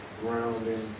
Grounding